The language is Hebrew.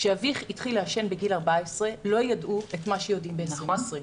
שאביך התחיל לעשן בגיל 14 לא ידעו את מה שיודעים ב-2020.